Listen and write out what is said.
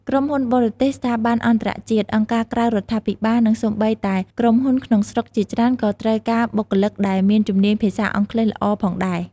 ក្រុមហ៊ុនបរទេស ស្ថាប័នអន្តរជាតិ អង្គការក្រៅរដ្ឋាភិបាល និងសូម្បីតែក្រុមហ៊ុនក្នុងស្រុកជាច្រើនក៏ត្រូវការបុគ្គលិកដែលមានជំនាញភាសាអង់គ្លេសល្អផងដែរ។